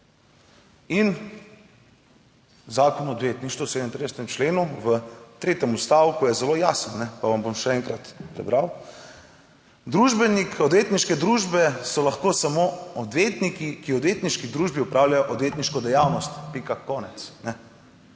Zakon o odvetništvu v 37. členu, v tretjem odstavku je zelo jasen, pa vam bom še enkrat prebral: Družbenik odvetniške družbe so lahko samo odvetniki, ki v odvetniški družbi opravljajo odvetniško dejavnost. Pika, konec.